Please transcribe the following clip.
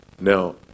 Now